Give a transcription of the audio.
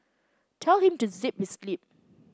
tell him to zip his lip